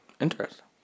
Interesting